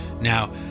Now